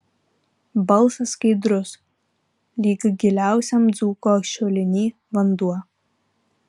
balsas skaidrus lyg giliausiam dzūko šuliny vanduo